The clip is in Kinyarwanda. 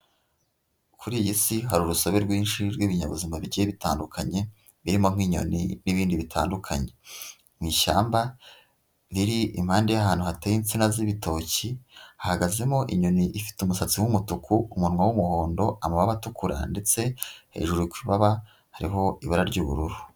Kuri iyi si hari urusobe rwinshi rw'ibinyabuzima bigiye bitandukanye, birimo nk'inyoni n'ibindi bitandukanye. Mu ishyamba riri impande y'ahantu hateye insina z'ibitoki, hahagazemo inyoni ifite umusatsi w'umutuku, umunwa w'umuhondo, amababa atukura, ndetse hejuru ku ibaba hariho ibara ry'ubururu.